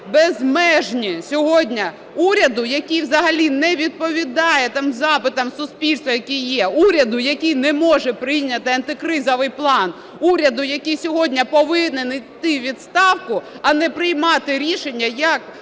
безмежні сьогодні уряду, який взагалі не відповідає там запитам суспільства, яке є, уряду, який не може прийняти антикризовий план, уряду, який сьогодні повинен іти у відставку, а не приймати рішення, як